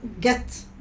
get